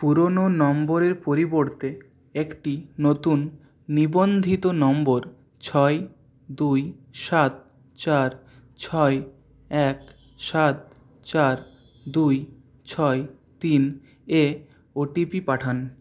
পুরনো নম্বরের পরিবর্তে একটি নতুন নিবন্ধিত নম্বর ছয় দুই সাত চার ছয় এক সাত চার দুই ছয় তিন এ ও টি পি পাঠান